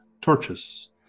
torches